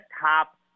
top